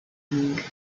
longue